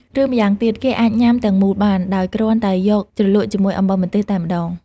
ឬម្យ៉ាងទៀត គេអាចញ៉ាំទាំងមូលបាន ដោយគ្រាន់តែយកជ្រលក់ជាមួយអំបិលម្ទេសតែម្តង។